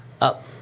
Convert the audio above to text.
up